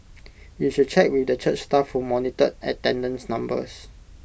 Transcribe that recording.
you should check with the church staff who monitored attendance numbers